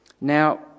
now